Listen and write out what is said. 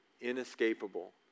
inescapable